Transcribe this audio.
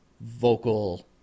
vocal